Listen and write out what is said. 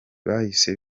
bahise